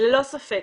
ללא ספק.